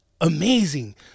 amazing